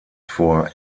vor